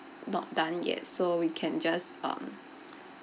not done yet so we can just um